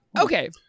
okay